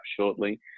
shortly